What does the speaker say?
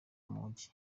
mujyi